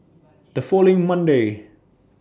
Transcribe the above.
The following Monday